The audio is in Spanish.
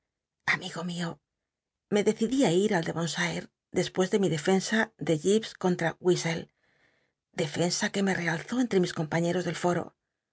amigo mio me decidí á ir al des después de mi dcfcn r de j ipcs contra wigzcll defensa que me realzó entre mis compañeros del foo